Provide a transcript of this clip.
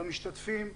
למשתתפים,